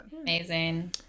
Amazing